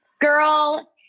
girl